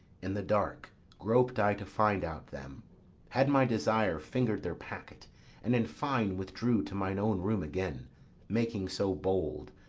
in the dark grop'd i to find out them had my desire finger'd their packet and, in fine, withdrew to mine own room again making so bold,